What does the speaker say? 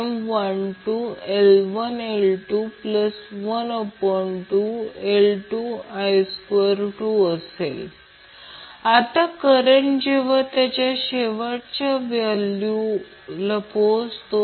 तर एक अट RL 2 L C 0 असणे आवश्यक आहे दुसरी गोष्ट म्हणजे RC 2 L C देखील 0 ही रेझोनन्ससाठी एक अट आहे